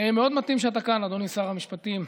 מאוד מתאים שאתה כאן, אדוני שר המשפטים,